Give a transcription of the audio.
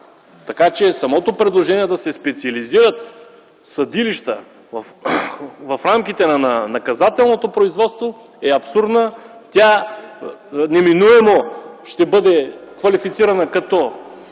държава. Самото предложение да се специализират съдилища в рамките на наказателното производство е абсурдно. То неминуемо ще бъде квалифицирано като